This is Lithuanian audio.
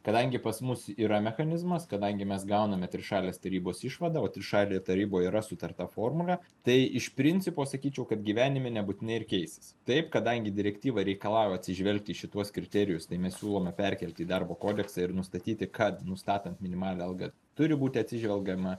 kadangi pas mus yra mechanizmas kadangi mes gauname trišalės tarybos išvadą o trišalėje taryboj yra sutarta formulė tai iš principo sakyčiau kad gyvenime nebūtinai ir keisis taip kadangi direktyva reikalauja atsižvelgti į šituos kriterijus tai mes siūlome perkelti į darbo kodeksą ir nustatyti kad nustatant minimalią algą turi būti atsižvelgiama